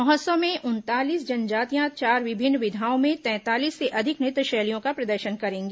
महोत्सव में उनतालीस जनजातियां चार विभिन्न विधाओं में तैंतालीस से अधिक नृत्य शैलियों का प्रदर्शन करेंगी